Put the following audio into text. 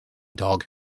dog